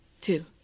Two